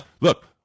Look